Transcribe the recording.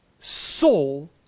soul